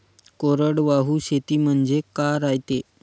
कोरडवाहू शेती म्हनजे का रायते?